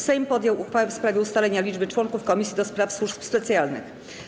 Sejm podjął uchwałę w sprawie ustalenia liczby członków Komisji do Spraw Służb Specjalnych.